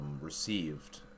received